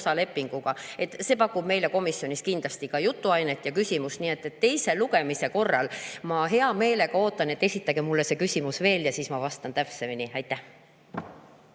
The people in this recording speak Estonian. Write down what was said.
osa lepinguga – see pakub meile komisjonis kindlasti ka jutuainet ja küsimusi. Nii et teise lugemise korral ma hea meelega ootan, et esitage mulle see küsimus veel ja siis ma vastan täpsemini. Aitäh,